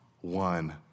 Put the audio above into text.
one